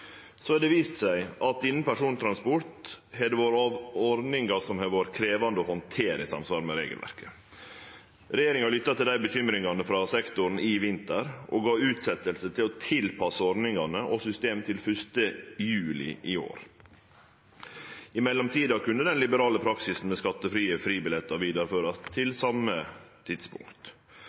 Så har det vist seg at innan persontransport har det vore ordningar som har vore krevjande å handtere i samsvar med regelverket. Regjeringa lytta til bekymringane frå sektoren i vinter og gav utsetjing til 1. juli i år til å tilpasse ordningane og systemet. I mellomtida kunne den liberale praksisen med skattefrie fribillettar vidareførast til same tidspunkt.